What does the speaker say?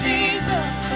Jesus